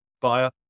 buyer